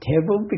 table